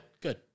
good